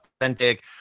authentic